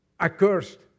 accursed